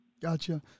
Gotcha